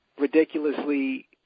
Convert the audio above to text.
ridiculously